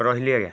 ରହିଲି ଆଜ୍ଞା